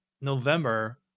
November